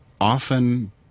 often